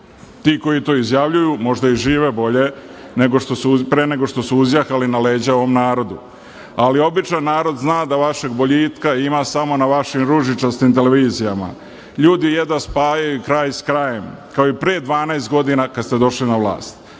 Ti koji to izjavljuju možda i žive bolje nego pre nego što su uzjahali na leđa ovom narodu, ali običan narod zna da vašeg boljitka ima samo na vašim ružičastim televizijama. Ljudi jedva spajaju kraj sa krajem kao i pre 12 godina kada ste došli na vlast. Nova